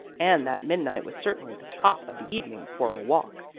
and that midnight was certainly the top of the evening for a walk.